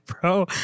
bro